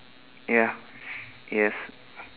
ya yes